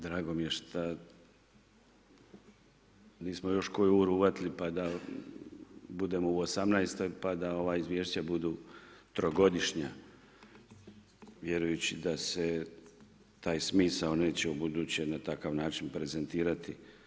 Drago mi je šta nismo još koju uru uhvatili pada budemo u 2018. pa da ova izvješća budu trogodišnja vjerujući da se taj smisao neće u buduće na takav način prezentirati.